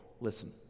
Listen